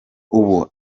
ubu